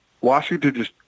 Washington